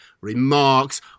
remarks